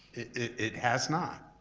it has not,